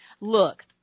look